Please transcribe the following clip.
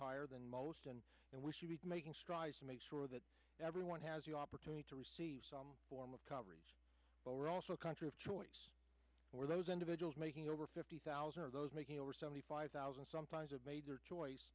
higher than most and we should be making strides to make sure that everyone has the opportunity to receive some form of coverage but we're also a country of choice for those individuals making over fifty thousand of those making over seventy five thousand sometimes have made their choice